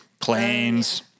planes